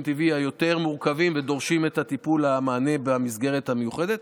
טבעי יותר מורכבים ודורשים את הטיפול והמענה במסגרת המיוחדת.